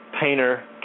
painter